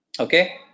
Okay